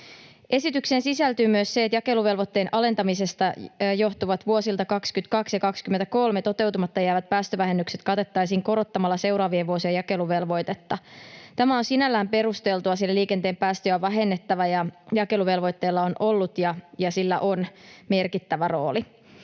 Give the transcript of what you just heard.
Esitykseen sisältyy myös se, että jakeluvelvoitteen alentamisesta johtuvat vuosilta 22 ja 23 toteutumatta jäävät päästövähennykset katettaisiin korottamalla seuraavien vuosien jakeluvelvoitetta. Tämä on sinällään perusteltua, sillä liikenteen päästöjä on vähennettävä ja jakeluvelvoitteella on ollut ja sillä on merkittävä rooli.